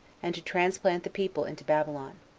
and to transplant the people into babylon.